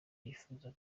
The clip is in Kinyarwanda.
yifuza